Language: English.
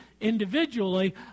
individually